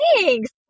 Thanks